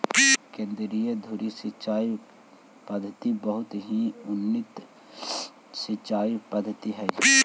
केन्द्रीय धुरी सिंचाई पद्धति बहुत ही उन्नत सिंचाई पद्धति हइ